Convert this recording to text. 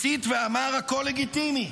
הסית ואמר: הכול לגיטימי.